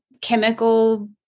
chemical